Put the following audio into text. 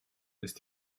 ist